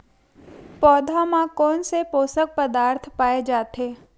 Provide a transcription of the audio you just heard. पौधा मा कोन से पोषक पदार्थ पाए जाथे?